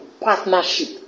partnership